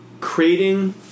creating